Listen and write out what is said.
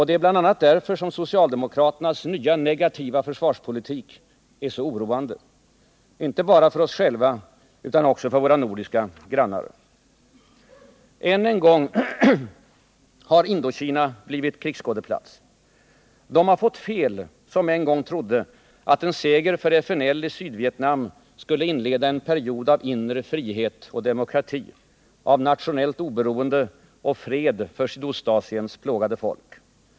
Det är bl.a. därför som socialdemokraternas nya negativa försvarspolitik är så oroande, inte bara för oss själva utan också för våra nordiska grannar. Än en gång har Indokina blivit krigsskådeplats. De har fått fel, som en gång trodde att en seger för FNL i Sydvietnam skulle inleda en period av inre frihet och demokrati, av nationellt oberoende och fred för Sydostasiens plågade folk.